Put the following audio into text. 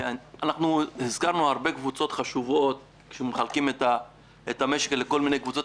אנחנו הזכרנו קבוצות חשובות כשמחלקים את המשק לכל מיני קבוצות.